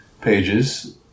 pages